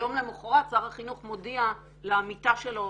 ויום למוחרת שר החינוך מודיע לעמיתה שלו,